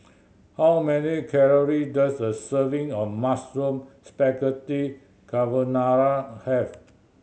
how many calorie does a serving of Mushroom Spaghetti Carbonara have